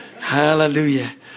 Hallelujah